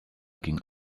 ging